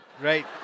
right